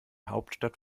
hauptstadt